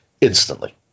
instantly